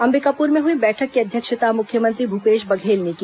अंबिकापुर में हुई बैठक की अध्यक्षता मुख्यमंत्री भूपेश बघेल ने की